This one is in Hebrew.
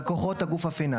לקוחות הגוף הפיננסי.